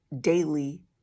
daily